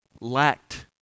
lacked